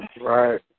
Right